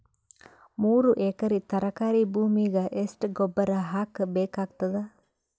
ಮೂರು ಎಕರಿ ತರಕಾರಿ ಭೂಮಿಗ ಎಷ್ಟ ಗೊಬ್ಬರ ಹಾಕ್ ಬೇಕಾಗತದ?